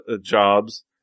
jobs